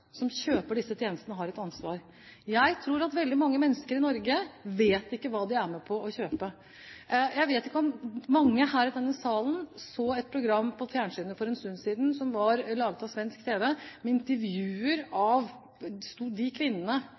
som kjøper disse tjenestene, har et ansvar. Jeg tror at veldig mange mennesker i Norge ikke vet hva de er med på å kjøpe. Jeg vet ikke om noen her i denne salen så et program på fjernsynet for en stund siden – det var laget av svensk tv – med intervjuer